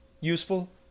useful